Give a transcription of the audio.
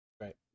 right